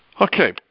Okay